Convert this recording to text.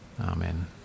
Amen